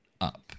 up